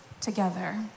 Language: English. together